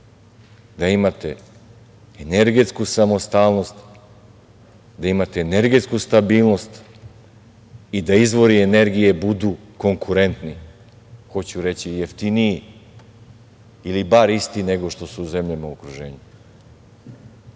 da imate energetsku samostalnost, da imate energetsku stabilnost i da izvori energije budu konkurentni, hoću reći jeftiniji ili bar isti nego što su zemljama u okruženju.I,